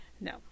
No